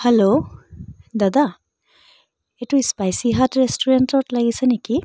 hello দাদা এইটো spicy hut ৰেষ্টুৰেণ্টত লাগিছে নেকি